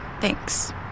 Thanks